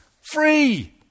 Free